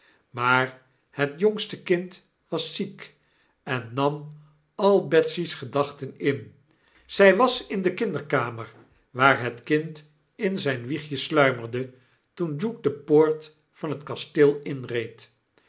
maar het jongste kind was ziek en nam al betsy's gedachten in zy was in de kinderkamer waar het kind in zp wiegje sluimerde toen duke de poort van het kasteel